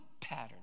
pattern